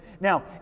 now